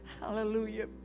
hallelujah